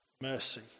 mercy